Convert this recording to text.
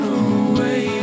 away